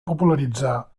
popularitzar